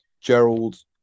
Gerald